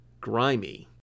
grimy